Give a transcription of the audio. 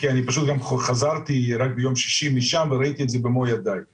כי אני פשוט גם חזרתי רק ביום ששי משם ואני ראיתי את זה במו עיניי.